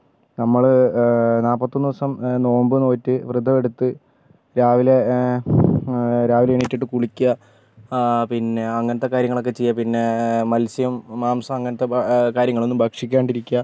നമ്മള് നാപ്പത്തൊന്നു ദിവസം നോമ്പ് നോറ്റ് വ്രതം എടുത്ത് രാവിലെ രാവിലെ എണീറ്റിട്ട് കുളിക്കുക ആ പിന്നെ അങ്ങനത്തെ കാര്യങ്ങളൊക്കെ ചെയ്യുക പിന്നേ മത്സ്യം മാംസം അങ്ങനത്തെ കാര്യങ്ങളൊന്നും ഭക്ഷിക്കാണ്ട് ഇരിക്കുക